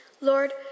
Lord